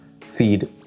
feed